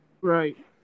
Right